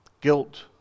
guilt